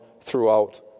throughout